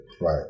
Right